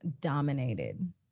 dominated